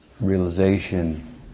realization